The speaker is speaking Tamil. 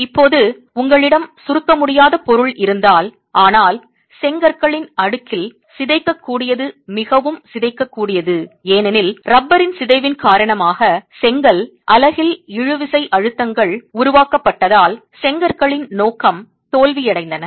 இப்போது உங்களிடம் சுருக்கம் முடியாத பொருள் இருந்தால் ஆனால் செங்கற்களின் அடுக்கில் சிதைக்கக்கூடியது மிகவும் சிதைக்கக்கூடியது ஏனெனில் ரப்பரின் சிதைவின் காரணமாக செங்கல் அலகில் இழுவிசை அழுத்தங்கள் உருவாக்கப்பட்டதால் செங்கற்களின் நோக்கம் தோல்வியடைந்தன